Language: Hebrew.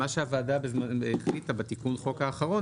מה שהוועדה החליטה בתיקון החוק האחרון,